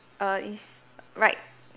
err is right